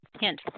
hint